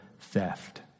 theft